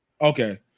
Okay